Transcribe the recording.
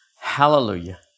hallelujah